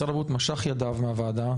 משרד הבריאות משך ידיו מהוועדה,